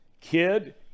kid